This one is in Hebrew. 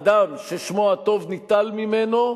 אדם ששמו הטוב ניטל ממנו,